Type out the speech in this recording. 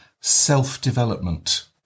self-development